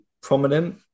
prominent